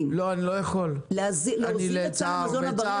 להוזיל את המזון הבריא